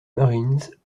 marines